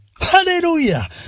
Hallelujah